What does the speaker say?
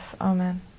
Amen